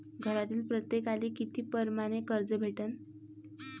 घरातील प्रत्येकाले किती परमाने कर्ज भेटन?